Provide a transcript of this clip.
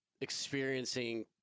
experiencing